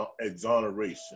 exoneration